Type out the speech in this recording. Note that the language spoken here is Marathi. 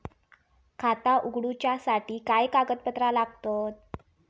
खाता उगडूच्यासाठी काय कागदपत्रा लागतत?